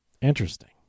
Interesting